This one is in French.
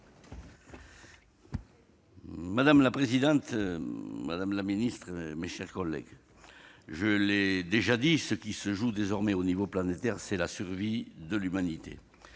Madame la présidente, madame la ministre, mes chers collègues, je l'ai déjà dit, ce qui se joue désormais au niveau planétaire, c'est la survie de l'humanité.